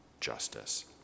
justice